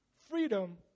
Freedom